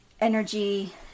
energy